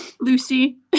Lucy